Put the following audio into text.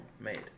made